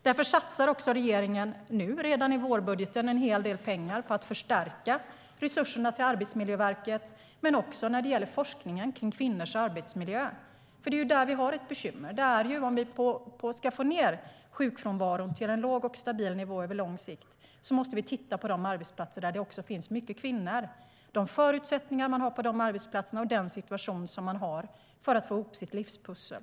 Därför satsar regeringen redan i vårbudgeten en hel del pengar på att förstärka resurserna till Arbetsmiljöverket men också till forskningen om kvinnors arbetsmiljö. Det är där vi har ett bekymmer. Om vi ska få ned sjukfrånvaron till en låg och stabil nivå på lång sikt måste vi titta på de arbetsplatser där det finns mycket kvinnor, på de förutsättningar man har där och på den situation man har för att få ihop sitt livspussel.